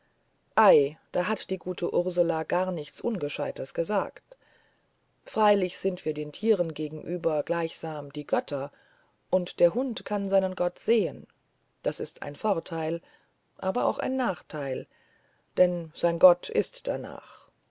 ei da hat die gute ursula gar nichts ungescheites gesagt freilich sind wir den tieren gegenüber gleichsam die götter und der hund kann seinen gott sehen das ist ein vorteil aber auch ein nachteil denn sein gott ist danach